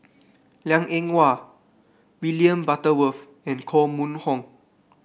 Liang Eng Hwa William Butterworth and Koh Mun Hong